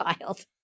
child